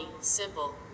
simple